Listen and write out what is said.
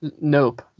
Nope